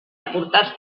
aportats